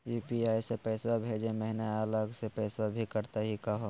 UPI स पैसवा भेजै महिना अलग स पैसवा भी कटतही का हो?